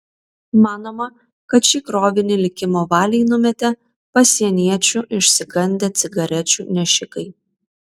manoma kad šį krovinį likimo valiai numetė pasieniečių išsigandę cigarečių nešikai